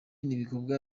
n’ibikorwa